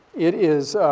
it is,